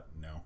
No